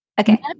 Okay